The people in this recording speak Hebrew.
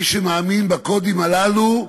מי שמאמין בקודים הללו,